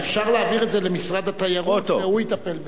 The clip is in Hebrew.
אפשר להעביר את זה למשרד התיירות, והוא יטפל בזה.